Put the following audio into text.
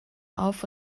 auf